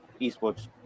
eSports